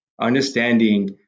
Understanding